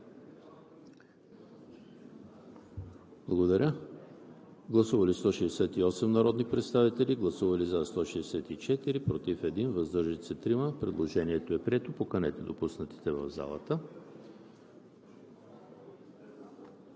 устройство. Гласували 168 народни представители: за 164, против 1, въздържали се 3. Предложението е прието. Поканете допуснатите в залата.